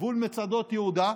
גבול מצדות יהודה,